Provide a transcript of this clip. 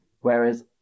whereas